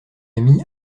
ami